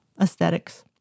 aesthetics